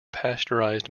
pasteurized